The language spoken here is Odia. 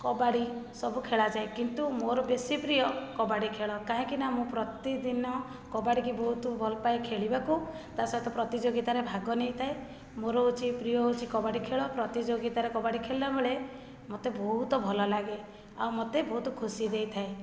କବାଡ଼ି ସବୁ ଖେଳାଯାଏ କିନ୍ତୁ ମୋର ବେଶୀ ପ୍ରିୟ କବାଡ଼ି ଖେଳ କାହିଁକି ନା ମୁଁ ପ୍ରତିଦିନ କବାଡ଼ିକୁ ବହୁତ ଭଲ ପାଏ ଖେଳିବାକୁ ତାସହିତ ପ୍ରତିଯୋଗିତାରେ ଭାଗ ନେଇଥାଏ ମୋର ହେଉଛି ପ୍ରିୟ ହେଉଛି କବାଡ଼ି ଖେଳ ପ୍ରତିଯୋଗିତାରେ କବାଡ଼ି ଖେଳିଲା ବେଳେ ମୋତେ ବହୁତ ଭଲ ଲାଗେ ଆଉ ମୋତେ ବହୁତ ଖୁସି ଦେଇଥାଏ